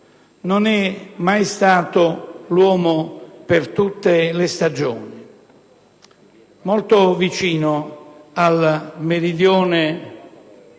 non è mai stato l'uomo per tutte le stagioni. Era molto vicino al Meridione